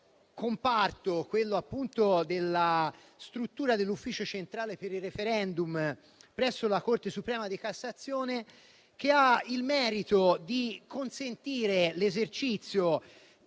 comparto, quello appunto della struttura dell'Ufficio centrale per il *referendum* presso la Corte suprema di cassazione, che ha il merito di consentire, attraverso